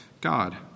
God